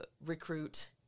recruit